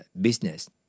business